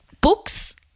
Books